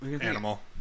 animal